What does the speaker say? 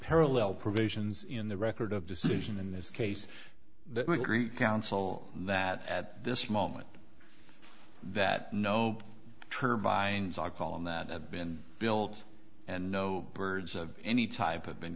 parallel provisions in the record of decision in this case the council that at this moment that no turbines are calling that have been built and no birds of any type of been